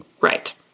right